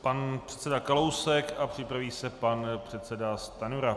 Pan předseda Kalousek, připraví se pan předseda Stanjura.